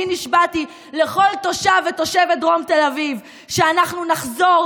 בי נשבעתי לכל תושב ותושבת דרום תל אביב שאנחנו נחזור,